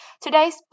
Today's